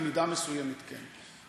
במידה מסוימת כן.